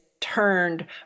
turned